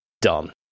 done